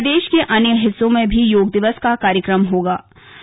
प्रदेश के अन्य हिस्सों में भी योग दिवस पर कार्यक्रम होंगे